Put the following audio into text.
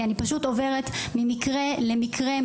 כי אני פשוט עוברת ממקרה למקרה,